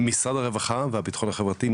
משרד הרווחה והביטחון החברתי,